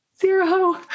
zero